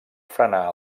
frenar